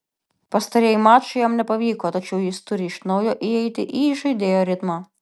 pastarieji mačai jam nepavyko tačiau jis turi iš naujo įeiti į įžaidėjo ritmą